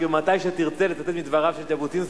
מתי שתרצה לצטט מדבריו של ז'בוטינסקי,